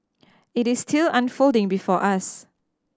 it is still unfolding before us